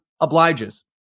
obliges